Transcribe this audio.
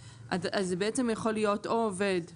אז זה בעצם יכול להיות או "עובד במינהל"